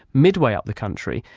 midway up the country,